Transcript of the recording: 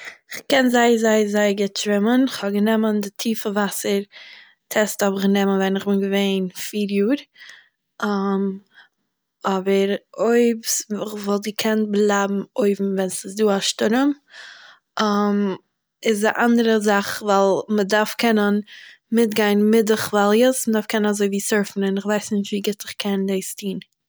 כ'קען זיין זייער זייער גוט שווימען, כ'האב גענומען די טיעפע וואסער טעסט האב איך גענומען ווען איך בין געווען פיר יאר, אבער אויב איך וואלט געקענט בלייבן אויבן ווען ס'איז דא א שטורעם? איז א אנדערע זאך ווייל, מען דארף קענען מיטגיין מיט די כוואליעס, מ'דארף קענען אזויווי סורפ'ן, איך ווייס נישט ווי גוט איך קען דאס טוהן